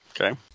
Okay